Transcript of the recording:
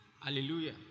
Hallelujah